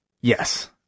Yes